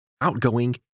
outgoing